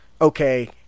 okay